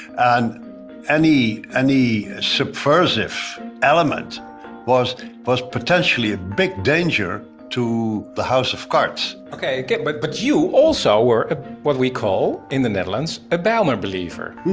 and any any subversive element was was potentially a big danger to the house of cards okay, good. but but you also were what we call in the netherlands, a bijlmer believer,